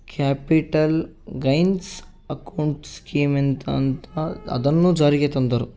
capital gains accounts ಸ್ಕೀಮ್ಅಂತ ಅಂತ ಅದನ್ನೂ ಜಾರಿಗೆ ತಂದರು